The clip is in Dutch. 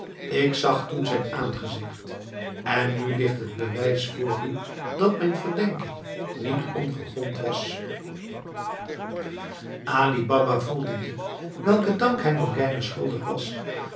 ik zag toen zijn aangezicht en nu ligt het bewijs voor u dat mijn verdenking niet ongegrond was ali baba voelde diep welken dank hij morgiane schuldig was